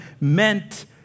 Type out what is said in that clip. meant